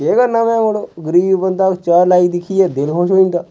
केह् करना में मड़ो गरीब बंदा में चार लाइक दिक्खियै दिल खुश होई जंदा